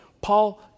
Paul